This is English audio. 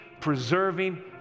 preserving